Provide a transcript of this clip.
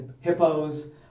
hippos